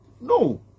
No